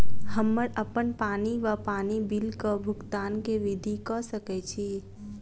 हम्मर अप्पन पानि वा पानि बिलक भुगतान केँ विधि कऽ सकय छी?